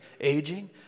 aging